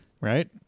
Right